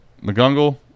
McGungle